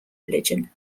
religion